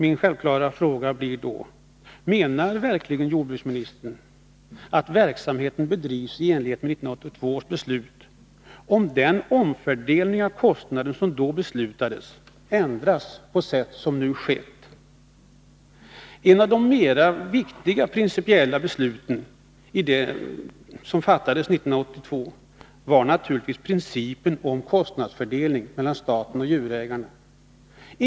Min självklara fråga blir då: Menar verkligen jordbruksministern att verksamheten bedrivs i enlighet med 1982 års beslut, om den omfördelning av kostnaden som då beslutades ändras på sätt som nu skett? Ett av de mera viktiga principiella ställningstagandena som gjordes i anslutning till propositionen 1982 gällde naturligtvis principen om kostnadsfördelningen mellan staten och djurägarna.